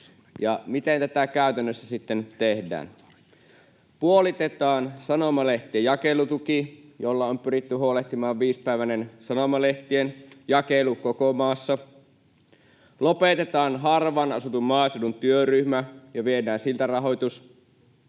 miten tätä käytännössä sitten tehdään? Puolitetaan sanomalehtien jakelutuki, jolla on pyritty huolehtimaan viisipäiväisestä sanomalehtien jakelusta koko maassa, lopetetaan harvaan asutun maaseudun työryhmä ja viedään siltä rahoitus,